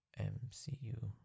MCU